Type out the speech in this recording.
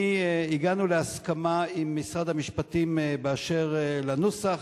הגענו להסכמה עם משרד המשפטים באשר לנוסח,